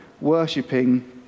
worshipping